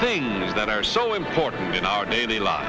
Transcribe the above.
things that are so important in our daily lives